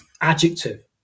adjective